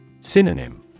Synonym